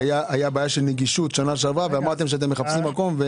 כי הייתה בעיה של נגישות בשנה שעברה ואמרתם שאתם מחפשים מקום.